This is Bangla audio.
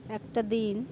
একটা দিন